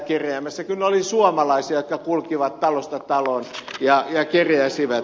kyllä ne olivat suomalaisia jotka kulkivat talosta taloon ja kerjäsivät